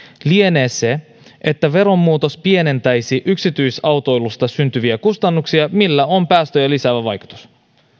lienee se että veromuutos pienentäisi yksityisautoilusta syntyviä kustannuksia millä on päästöjä lisäävä vaikutus